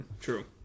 True